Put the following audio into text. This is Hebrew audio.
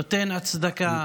נותן הצדקה